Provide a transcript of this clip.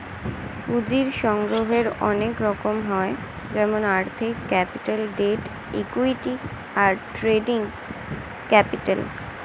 পুঁজির সংগ্রহের অনেক রকম হয় যেমন আর্থিক ক্যাপিটাল, ডেট, ইক্যুইটি, আর ট্রেডিং ক্যাপিটাল